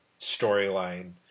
storyline